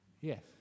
Yes